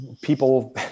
people